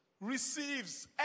receives